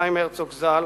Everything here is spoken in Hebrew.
חיים הרצוג ז"ל,